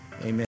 amen